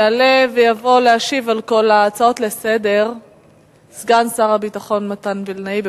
יעלה ויבוא להשיב על כל ההצעות לסדר-היום סגן שר הביטחון מתן וילנאי.